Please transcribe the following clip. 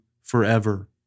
forever